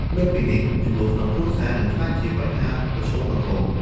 លើសពីនេះ ជម្លោះក្នុងគ្រួសារ នឹងក្លាយជាបញ្ហាប្រឈមដ៏ធំ។